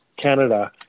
Canada